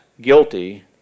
guilty